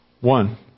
one